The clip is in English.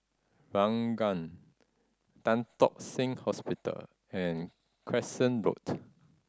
Ranggung Tan Tock Seng Hospital and Crescent Road